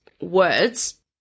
words